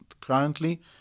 currently